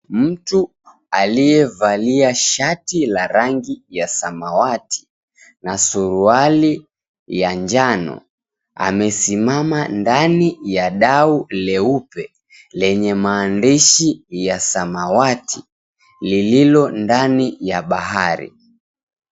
Mtu aliyevalia shati la rangi ya samawati na suruali ya njano, amesimama ndani ya dau leupe, lenye maandishi ya samawati, lililo ndani ya bahari.